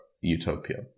utopia